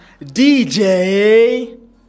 DJ